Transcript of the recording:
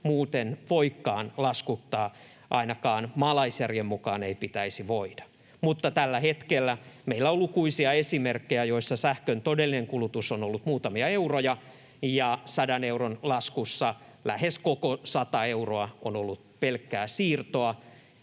muuten voikaan laskuttaa, ainakaan maalaisjärjen mukaan ei pitäisi voida. Mutta tällä hetkellä meillä on lukuisia esimerkkejä, joissa sähkön todellinen kulutus on ollut muutamia euroja ja 100 euron laskussa lähes koko 100 euroa on ollut pelkkää siirtoa